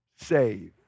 save